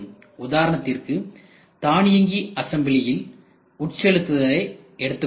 உதாரணத்திற்கு தானியங்கி அசம்பிளியில் உட்செலுத்துதலை எடுத்துக்கொள்வோம்